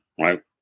right